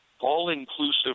all-inclusive